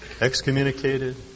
excommunicated